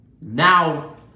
Now